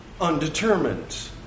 undetermined